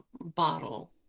bottle